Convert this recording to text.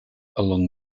along